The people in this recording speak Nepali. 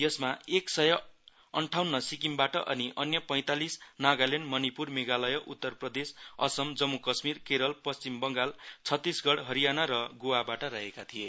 यसमा एक सय अन्ठाउन्न सिक्किमबाट अनि अन्य पैतालीस नागल्याण्ड मनीप्र मेधालय उत्त्र प्रदेश असम जम्मू कश्मीर केरल पश्चीम बङगाल छतिसगड हरियान र गोवाबाट रहेका थिए